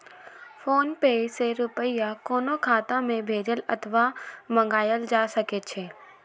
PhonePe सं रुपया कोनो खाता मे भेजल अथवा मंगाएल जा सकै छै